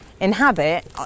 inhabit